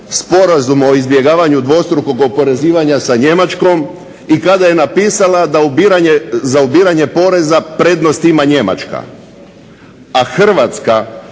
Sporazum o izbjegavanju dvostrukog oporezivanja sa Njemačkom i kada je napisala za ubiranje poreza prednost ima Njemačka, a Hrvatska